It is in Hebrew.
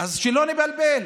אז שלא נבלבל.